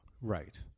Right